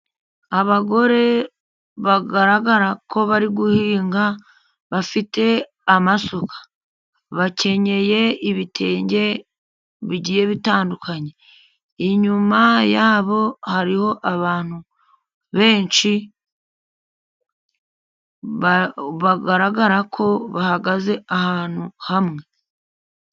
Abagore bagaragara ko bari guhinga, bafite amasuka. Bakenyeye ibitenge bigiye bitandukanye, inyuma yabo hariho abantu benshi, bagaragara ko bahagaze ahantu hamwe.